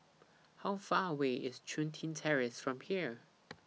How Far away IS Chun Tin Terrace from here